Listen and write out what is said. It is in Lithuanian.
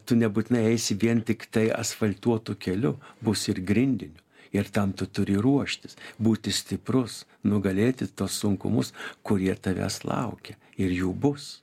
tu nebūtinai eisi vien tiktai asfaltuotu keliu bus ir grindiniu ir tam tu turi ruoštis būti stiprus nugalėti tuos sunkumus kurie tavęs laukia ir jų bus